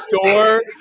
store